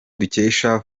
dukesha